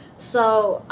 so,